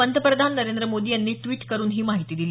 पंतप्रधान नरेंद्र मोदी यांनी ड्वीट करून ही माहिती दिली